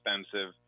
expensive